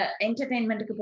entertainment